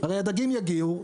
הרי הדגים יגיעו,